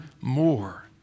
more